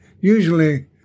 usually